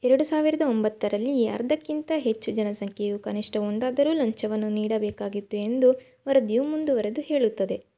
ಎರಡು ಸಾವಿರದ ಒಂಬತ್ತರಲ್ಲಿ ಅರ್ಧಕ್ಕಿಂತ ಹೆಚ್ಚು ಜನಸಂಖ್ಯೆಯು ಕನಿಷ್ಠ ಒಂದಾದರೂ ಲಂಚವನ್ನು ನೀಡಬೇಕಾಗಿತ್ತು ಎಂದು ವರದಿಯು ಮುಂದುವರೆದು ಹೇಳುತ್ತದೆ